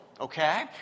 Okay